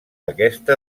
aquesta